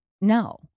No